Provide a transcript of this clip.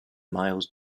miles